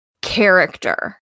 character